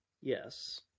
Yes